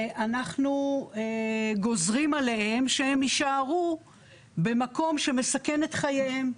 ואנחנו גוזרים עליהם שהם יישארו במקום שמסכן את חייהם.